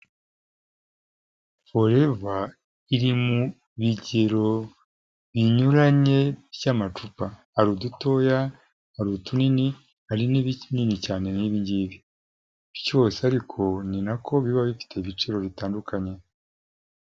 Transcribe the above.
Forever iri mu bigero binyuranye by'amacupa, hari udutoya, hari ibinini, hari n'ibinini cyane nk'ibi ngibi cyose ariko ni nako biba bifite ibiciro bitandukanye.